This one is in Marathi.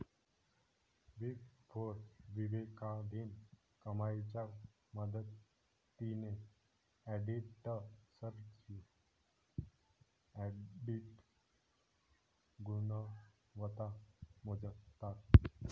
बिग फोर विवेकाधीन कमाईच्या मदतीने ऑडिटर्सची ऑडिट गुणवत्ता मोजतात